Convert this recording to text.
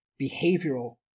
behavioral